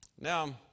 Now